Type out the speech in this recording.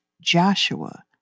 Joshua